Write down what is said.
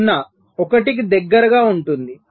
1 కి దగ్గరగా ఉంటుంది